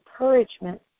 encouragement